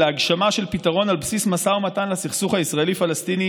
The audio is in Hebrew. להגשמה של פתרון על בסיס משא ומתן לסכסוך הישראלי פלסטיני